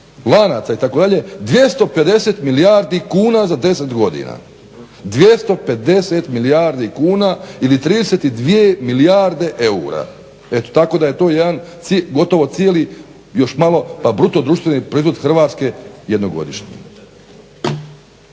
lanaca itd. 250 milijardi kuna za 10 godina, 250 milijardi kuna ili 32 milijarde eura. Eto tako da je to jedan gotovo cijeli još malo bruto društveni proizvod Hrvatske jednogodišnji.